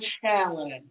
challenge